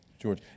George